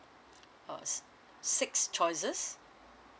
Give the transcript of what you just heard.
uh s~ six choices